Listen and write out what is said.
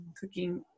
Cooking